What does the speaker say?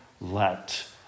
let